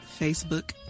Facebook